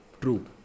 True